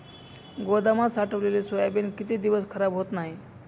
गोदामात साठवलेले सोयाबीन किती दिवस खराब होत नाही?